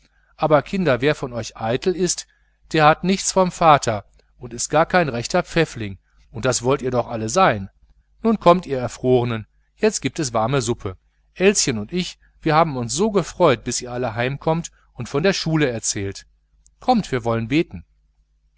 aber kinder wer von euch eitel ist der hat nichts vom vater und ist gar kein rechter pfäffling und das wollt ihr doch alle sein nun kommt ihr erfrorenen jetzt gibt es warme suppe elschen und ich wir haben uns so gefreut bis ihr alle heimkommt und von der schule erzählt kommt wir wollen beten